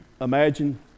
imagine